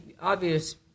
obvious